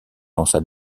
lança